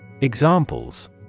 Examples